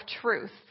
truth